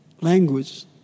language